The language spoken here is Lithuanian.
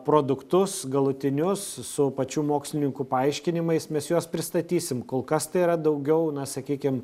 produktus galutinius su pačių mokslininkų paaiškinimais mes juos pristatysim kol kas tai yra daugiau na sakykim